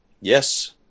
Yes